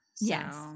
Yes